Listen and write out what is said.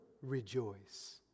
rejoice